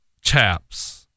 chaps